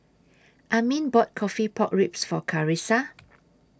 Armin bought Coffee Pork Ribs For Karissa